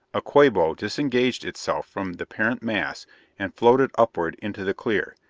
a quabo disengaged itself from the parent mass and floated upward into the clear,